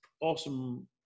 awesome